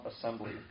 assembly